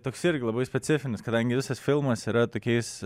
toks irgi labai specifinis kadangi visas filmas yra tokiais